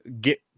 get